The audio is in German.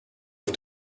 auf